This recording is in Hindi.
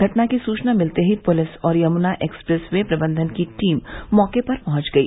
घटना की सूचना मिलतें ही पुलिस और यमुना एक्सप्रेस वे प्रबंधन की टीम मौके पर पहुंच गई